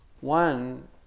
One